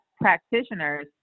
practitioners